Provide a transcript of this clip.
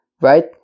right